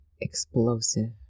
explosive